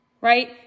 right